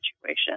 situation